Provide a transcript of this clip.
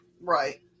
Right